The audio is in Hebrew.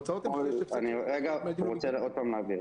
אני רוצה עוד פעם להבהיר.